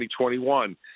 2021